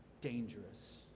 dangerous